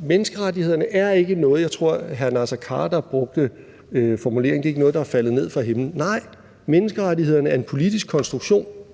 menneskerettighederne er ikke noget, der er faldet ned fra himlen. Jeg tror, hr. Naser Khader brugte den formulering: Det er ikke noget, der er faldet ned fra himlen. Nej, menneskerettighederne er en politisk konstruktion,